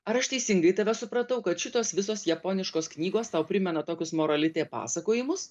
ar aš teisingai tave supratau kad šitos visos japoniškos knygos tau primena tokius moralite pasakojimus